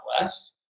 less